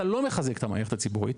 אתה לא מחזק את המערכת הציבורית,